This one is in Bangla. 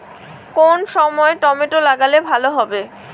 কোন সময় টমেটো লাগালে ভালো হবে?